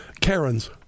Karens